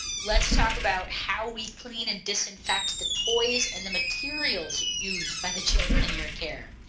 let's talk about how we clean and disinfect the toys and the materials used by the children in your care.